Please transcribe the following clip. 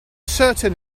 certain